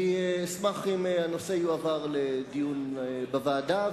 אני אשמח אם הנושא יועבר לדיון בוועדה,